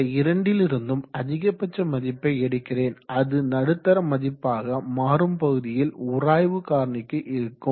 இந்த இரண்டிலிருந்தும் அதிகபட்ச மதிப்பை எடுக்கிறேன் அது நடுத்தர மதிப்பாக மாறும் பகுதியில் உராய்வு காரணிக்கு இருக்கும்